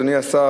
אדוני השר,